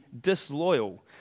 disloyal